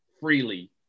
freely